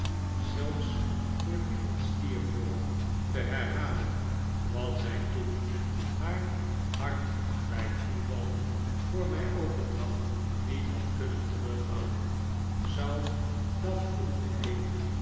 zelfs voor die van steerforth te herhalen wat zij toen haar hart bij toeval voor mij openlag niet had kunnen terughouden zou dat voelde ik